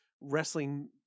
wrestling